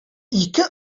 ике